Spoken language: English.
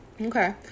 okay